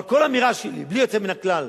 אבל כל אמירה שלי, בלי יוצא מן הכלל,